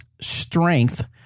strength